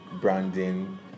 branding